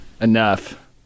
enough